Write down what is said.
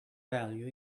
value